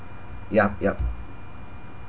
yup yup